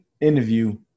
interview